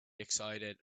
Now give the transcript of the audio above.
excited